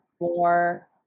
more